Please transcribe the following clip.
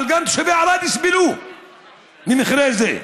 אבל גם תושבי ערד יסבלו ממכרה זה.